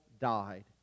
died